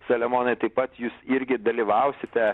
saliamonai taip pat jūs irgi dalyvausite